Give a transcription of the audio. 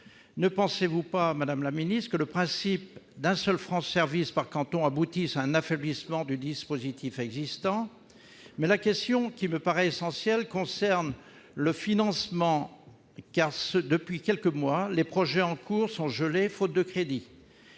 Ne pensez-vous pas, madame la ministre, que le principe d'un seul France service par canton aboutisse à un affaiblissement du dispositif existant ? Toutefois, la question essentielle me semble être celle du financement : depuis quelques mois, les projets en cours sont gelés, faute de crédits.